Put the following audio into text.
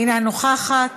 אינה נוכחת,